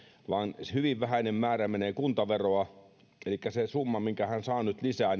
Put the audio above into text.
vaan hyvin vähäinen määrä menee kuntaveroa elikkä lähes kaikki siitä summasta minkä hän saa nyt lisää